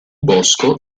bosco